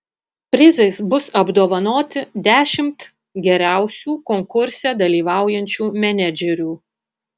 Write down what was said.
prizais bus apdovanoti dešimt geriausių konkurse dalyvaujančių menedžerių